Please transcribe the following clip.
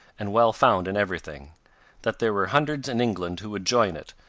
and well found in everything that there were hundreds in england who would join it,